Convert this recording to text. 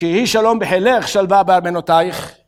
כי יהי שלום בחילך, שלווה בארמונותיך.